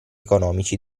economici